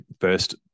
first